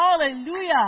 hallelujah